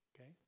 Okay